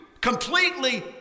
completely